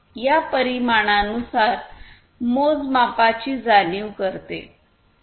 या परिमाणानुसार मोजमापाची जाणीव करते